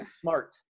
smart